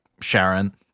Sharon